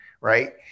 Right